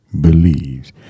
believes